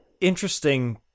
interesting